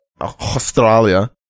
Australia